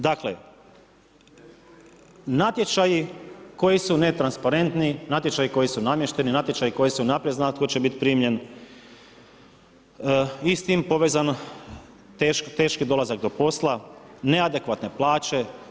Dakle, natječaji koji su netransparentni, natječaji koji su namještani, namještani za koje se unaprijed zna tko će biti primljen i s tim povezano teški dolazak do posla, neadekvatne plaće.